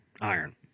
iron